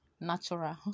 natural